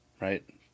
right